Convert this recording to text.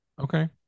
Okay